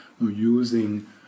using